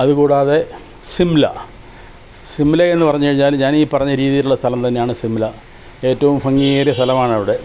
അതുകൂടാതെ ശിംല ശിംല എന്ന് പറഞ്ഞുകഴിഞ്ഞാൽ ഞാൻ ഈ പറഞ്ഞ രീതിയിലുള്ള സ്ഥലം തന്നെയാണ് ശിംല ഏറ്റവും ഭംഗിയേറിയ സ്ഥലമാണവിടെ